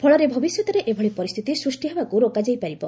ଫଳରେ ଭବିଷ୍ୟତରେ ଏଭଳି ପରିସ୍ଥିତି ସୃଷ୍ଟି ହେବାକୁ ରୋକାଯାଇପାରିବ